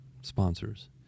sponsors